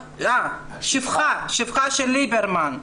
שפחה של ליברמן,